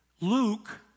Luke